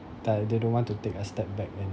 th~ they don't want to take a step back and